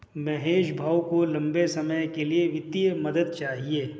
महेश भाऊ को लंबे समय के लिए वित्तीय मदद चाहिए